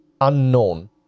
unknown